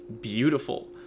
beautiful